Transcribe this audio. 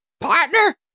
partner